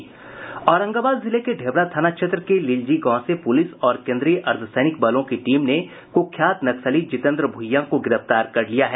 औरंगाबाद जिले के ढेबरा थाना क्षेत्र के लीलजी गांव से पुलिस और केंद्रीय अर्धसैनिक बलों की टीम ने कुख्यात नक्सली जितेंद्र भुइयां को गिरफ्तार कर लिया है